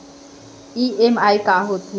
EMI का होथे?